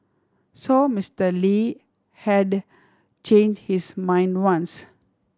so Mister Lee had change his mind once